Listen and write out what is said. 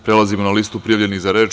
Prelazimo na listu prijavljenih za reč.